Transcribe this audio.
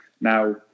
Now